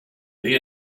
they